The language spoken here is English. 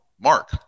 Mark